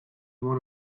one